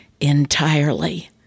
entirely